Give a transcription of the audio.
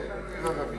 אין לנו עיר ערבית.